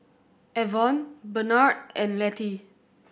Avon Benard and Lettie